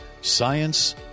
science